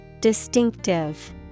Distinctive